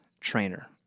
trainer